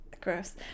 gross